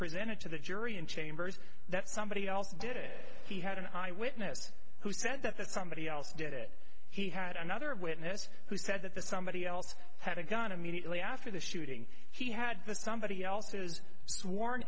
presented to the jury in chambers that somebody else did it he had an eyewitness who said that that somebody else did it he had another witness who said that the somebody else had a gun immediately after the shooting he had the somebody else's sworn